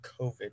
COVID